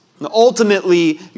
ultimately